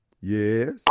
Yes